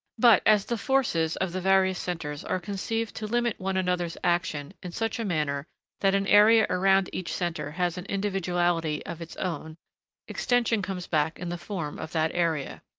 but as the forces of the various centres are conceived to limit one another's action in such a manner that an area around each centre has an individuality of its own extension comes back in the form of that area.